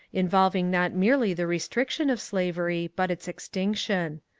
in volving not merely the restriction of slavery but its extinction.